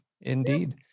indeed